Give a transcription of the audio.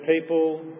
people